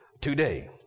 today